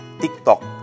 TikTok